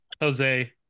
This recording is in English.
Jose